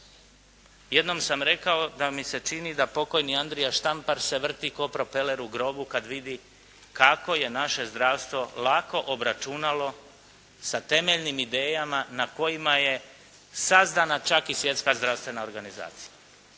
Jednom sam rekao da mi se čini da pokojni Andrija Štampar se vrti ko' propeler u grobu kad vidi kako je naše zdravstvo lako obračunalo sa temeljnim idejama na kojima je sazvana čak i Svjetska zdravstvena organizacija.